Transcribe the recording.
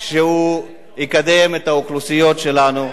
שיקדם את האוכלוסיות שלנו,